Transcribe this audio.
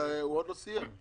הוא עוד לא סיים.